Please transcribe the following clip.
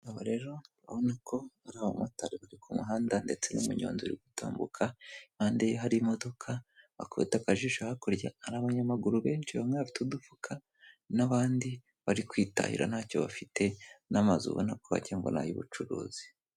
Aba rero urabona ko ari abamotari bari ku muhanda ndetse n'umunyonzi uri gutambuka, impande ye hari imodoka, wakubita akajisho hakurya, hari abanyamaguru benshi bamwe bafite udufuka n'abandi bari kwitahira ntacyo bafite n'amazu ubona ko wagira ngo ni ay'ubucuruzi.